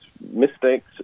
mistakes